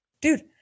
Dude